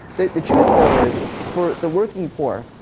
the the truth though, is, for the working poor,